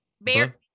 Bear